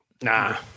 Nah